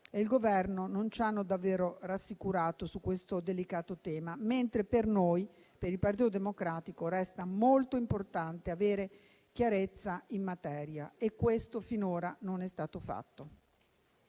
e il Governo non ci hanno davvero rassicurato su questo delicato tema, mentre per noi, per il Partito Democratico, resta molto importante avere chiarezza in materia. E questo finora non è stato fatto.